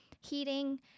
heating